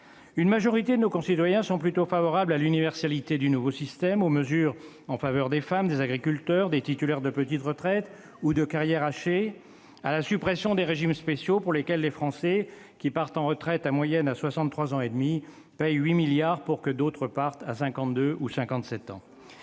une majorité de nos concitoyens est plutôt favorable à l'universalité du nouveau système, aux mesures en faveur des femmes, des agriculteurs, des titulaires de petites retraites ou de ceux qui ont une carrière hachée et à la suppression des régimes spéciaux pour lesquels les Français qui partent à la retraite en moyenne à 63,5 ans payent 8 milliards d'euros afin que d'autres y partent à 52 ou 57 ans.